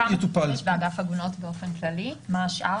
5 יש באגף עגונות באופן כללי, מה השאר?